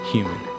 Human